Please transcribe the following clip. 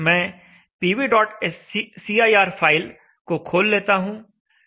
मैं pvcir file को खोल लेता हूं